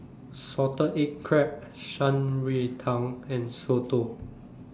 Salted Egg Crab Shan Rui Tang and Soto